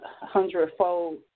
hundredfold